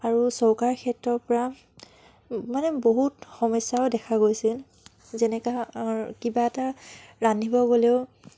আৰু চৌকাৰ ক্ষেত্ৰৰ পৰা মানে বহুত সমস্যাও দেখা গৈছিল যেনেকৈ কিবা এটা ৰান্ধিব গ'লেও